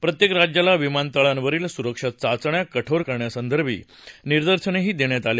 प्रत्येक राज्याला विमानतळावरील सुरक्षा चाचण्या कठोर करण्यासंबंधी निर्देशही देण्यात आले